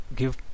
give